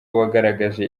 wagaragaje